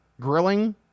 grilling